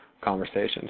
conversations